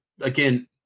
again